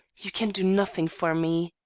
you can do nothing for me.